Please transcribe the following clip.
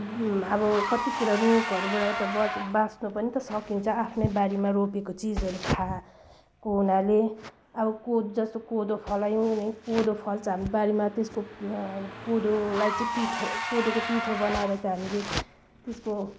अब कति कुरा रोगहरूबाट ब बाँच्न पनि त सकिन्छ आफ्नै बारीमा रोपेको चिजहरू खाएको हुनाले अब को जस्तै कोदो फलायौँ भने कोदो फल्छ हाम्रो बारीमा त्यसको कोदोलाई चाहिँ पिठो कोदोको पिठो बनाएर चाहिँ हामीले त्यसको